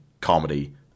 comedy